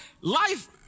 life